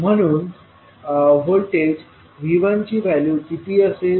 म्हणून व्होल्टेज V1ची व्हॅल्यू किती असेल